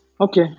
Okay